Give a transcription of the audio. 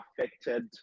affected